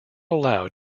allowed